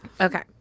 Okay